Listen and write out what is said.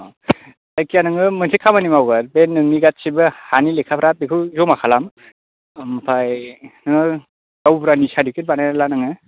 जायखिया नोङो मोनसे खामानि मावगोर बे नोंनि गासिबो हानि लेखाफ्रा बेखौ जमा खालाम ओमफाय नों गावबुरानि सारटिपिकेट बानायनानै ला नोङो